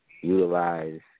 utilize